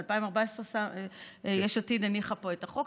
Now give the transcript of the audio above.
ב-2014 יש עתיד הניחה פה את החוק?